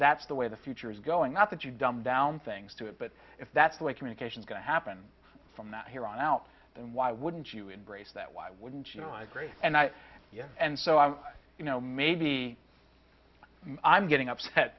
that's the way the future is going not that you dumb down things to it but if that's the way communication going to happen from that here on out then why wouldn't you embrace that why wouldn't you know i agree and i you know and so i you know maybe i'm getting upset